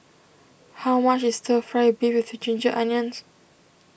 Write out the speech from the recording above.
how much is Stir Fry Beef with Ginger Onions